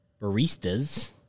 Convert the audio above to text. Baristas